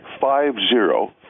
five-zero